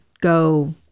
go